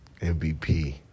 MVP